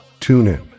TuneIn